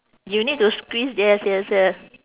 you need to squeeze yes yes yeah